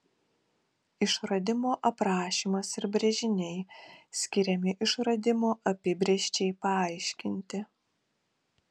išradimo aprašymas ir brėžiniai skiriami išradimo apibrėžčiai paaiškinti